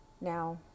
Now